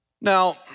Now